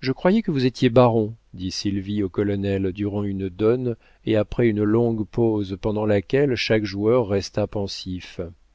je croyais que vous étiez baron dit sylvie au colonel durant une donne et après une longue pause pendant laquelle chaque joueur resta pensif